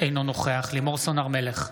אינו נוכח לימור סון הר מלך,